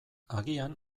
agian